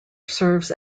serves